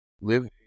live